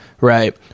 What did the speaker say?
right